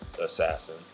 assassin